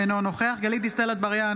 אינו נוכח גלית דיסטל אטבריאן,